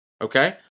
okay